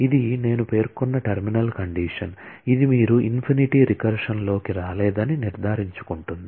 ఇది నేను పేర్కొన్న టెర్మినల్ కండిషన్ ఇది మీరు ఇన్ఫినిటీ రికర్సన్ లోకి రాలేదని నిర్ధారించుకుంటుంది